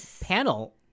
panel